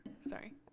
Sorry